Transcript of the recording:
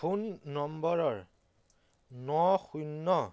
phone নম্বৰৰ ন শূণ্য